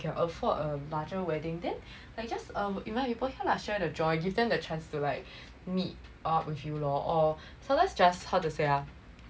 can afford a larger wedding then I just um invite people here lah share the joy give them the chance to like meet up with you lor or sometimes just how to say ah